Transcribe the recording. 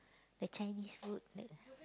the Chinese food